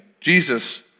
Jesus